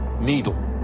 needle